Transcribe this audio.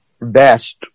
best